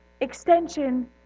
extension